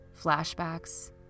flashbacks